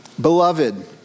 Beloved